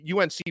UNC